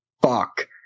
fuck